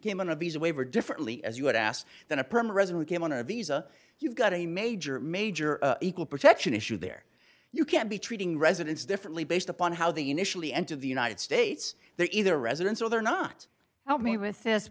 game on a visa waiver differently as you would ask than a perm resident came on a visa you've got a major major equal protection issue there you can't be treating residents differently based upon how the initial the enter the united states they either residence or they're not help